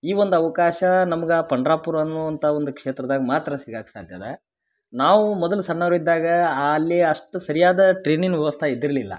ಈ ಒಂದು ಅವಕಾಶ ನಮ್ಗ ಆ ಪಂಡರಾಪುರ ಅನ್ನುವಂಥಾ ಒಂದು ಕ್ಷೇತ್ರದಾಗ ಮಾತ್ರ ಸಿಗಾಕೆ ಸಾಧ್ಯ ಅದ ನಾವು ಮೊದಲು ಸಣ್ಣವ್ರು ಇದ್ದಾಗ ಅಲ್ಲಿ ಅಷ್ಟು ಸರಿಯಾದ ಟ್ರೈನಿನ ವವಸ್ಥೆ ಇದ್ದಿರಲಿಲ್ಲ